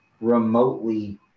remotely